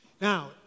Now